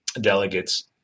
delegates